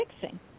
fixing